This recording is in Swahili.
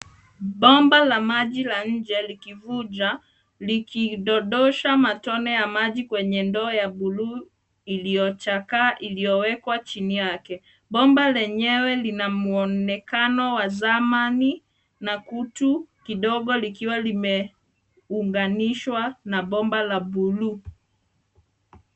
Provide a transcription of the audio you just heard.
Bomba la maji la nje likivuja, likidondosha matone ya maji kwenye ndoo ya buluu iliyochakaa iliyowekwa chini yake. Bomba lenyewe lina mwonekano wa zamani na kutu kidogo likiwa limeunganishwa na bomba la buluu.